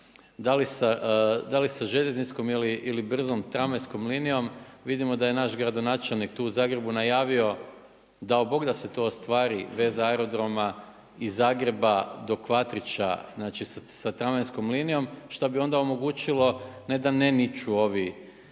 da li sa željezničkom ili brzom tramvajskom linijom. Vidimo da je naš gradonačelnik tu u Zagrebu najavio dao Bog da se to ostvari veza aerodroma i Zagreba do Kvatrića, znači sa tramvajskom linijom što bi onda omogućilo ne da ne niču ova